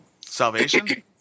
Salvation